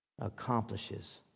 accomplishes